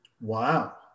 Wow